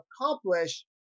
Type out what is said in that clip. accomplish